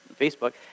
Facebook